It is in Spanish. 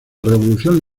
revolución